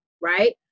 right